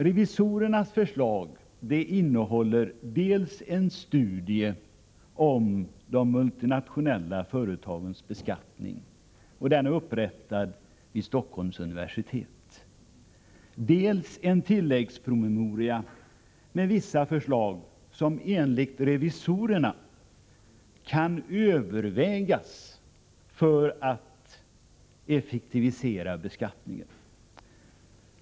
Revisorernas förslag innehåller dels en studie om de multinationella företagens beskattning, som är upprättad vid Stockholms universitet, dels en tilläggspromemoria med vissa förslag som enligt revisorerna kan övervägas för att effektivisera beskattningen.